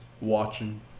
Watching